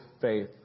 faith